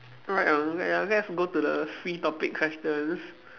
right um ya let's go to the free topic questions